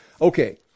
Okay